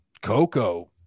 coco